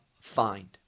find